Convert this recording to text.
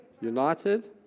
United